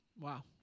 wow